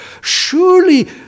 Surely